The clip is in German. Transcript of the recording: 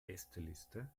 gästeliste